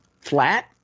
flat